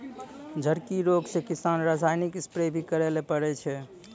झड़की रोग से किसान रासायनिक स्प्रेय भी करै ले पड़ै छै